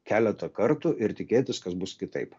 keletą kartų ir tikėtis kas bus kitaip